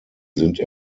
sind